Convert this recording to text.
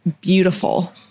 beautiful